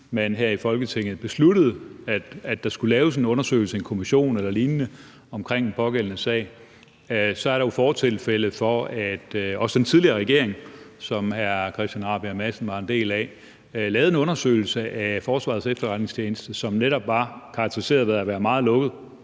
man her i Folketinget besluttede, at der skulle laves en undersøgelse, en kommission eller lignende omkring den pågældende sag. Der er jo fortilfælde for det, i forhold til at også den tidligere regering, som hr. Christian Rabjerg Madsen var en del af, lavede en undersøgelse af Forsvarets Efterretningstjeneste, som netop var karakteriseret ved at være meget lukket.